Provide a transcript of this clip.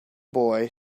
boy